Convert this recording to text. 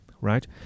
right